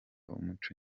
umuco